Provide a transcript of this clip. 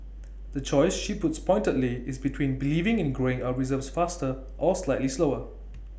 the choice she puts pointedly is between believing in growing our reserves faster or slightly slower